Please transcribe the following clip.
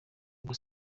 ubwo